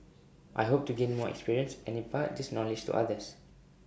I hope to gain more experience and impart this knowledge to others